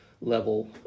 level